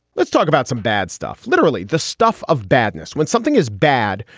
let's talk about some bad stuff. literally the stuff of badness when something is bad,